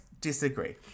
disagree